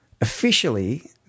Officially